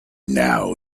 now